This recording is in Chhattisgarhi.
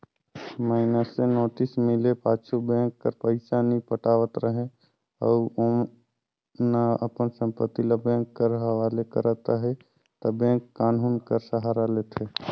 मइनसे नोटिस मिले पाछू बेंक कर पइसा नी पटावत रहें अउ ना अपन संपत्ति ल बेंक कर हवाले करत अहे ता बेंक कान्हून कर सहारा लेथे